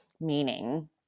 meaning